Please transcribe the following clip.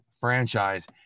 franchise